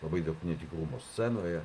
labai daug netikrumo scenoje